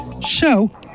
show